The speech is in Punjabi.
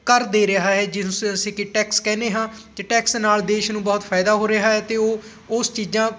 ਕਰ ਦੇ ਰਿਹਾ ਹੈ ਜਿਸ ਨੂੰ ਅਸੀਂ ਕਿ ਟੈਕਸ ਕਹਿੰਦੇ ਹਾਂ ਅਤੇ ਟੈਕਸ ਨਾਲ ਦੇਸ਼ ਨੂੰ ਬਹੁਤ ਫਾਇਦਾ ਹੋ ਰਿਹਾ ਹੈ ਅਤੇ ਉਹ ਉਸ ਚੀਜ਼ਾਂ